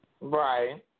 Right